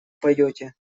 поете